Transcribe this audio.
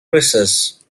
recess